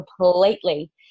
completely